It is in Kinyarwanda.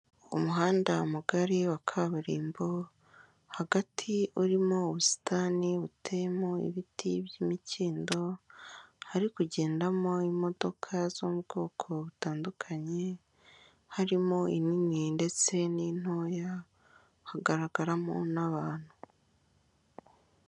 Umuhanda mugari wa kaburimbo, hagati urimo ubusitani buteyemo ibiti by'imikindo, hari kugendamo imodoka zo mu bwoko butandukanye, harimo inini ndetse n'intoya, hagaragaramo n'abantu.